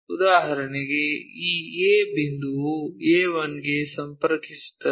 ಉದಾಹರಣೆಗೆ ಈ A ಬಿಂದುವು ಈ A 1 ಗೆ ಸಂಪರ್ಕಿಸುತ್ತದೆ